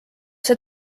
see